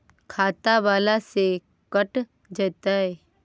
खाता बाला से कट जयतैय?